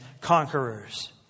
conquerors